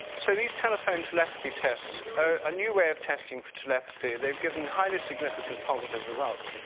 so these telephone telepathy tests, a new way of testing for telepathy, they've given highly significant positive results.